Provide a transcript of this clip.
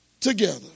together